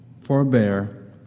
forbear